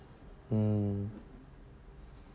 mm